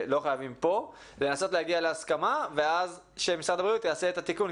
לא חייבים פה, ולנסות להגיע להסכמה ואז שמשרד הבריאות יעשה את התיקון.